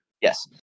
Yes